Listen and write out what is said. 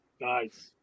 Nice